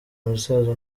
musaza